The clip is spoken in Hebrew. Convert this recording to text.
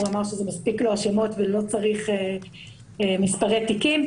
הוא אמר שמספיקים לו השמות ולא צריך מספרי תיקים.